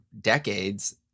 decades